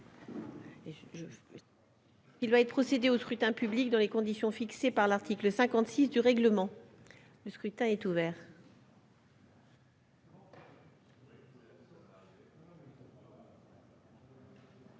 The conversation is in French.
Il doit être procédé au scrutin public dans les conditions fixées par l'article 56 du règlement, le scrutin est ouvert.